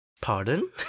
pardon